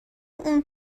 اون